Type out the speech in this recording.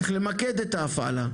צריך למקד את ההפעלה.